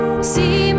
See